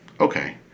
okay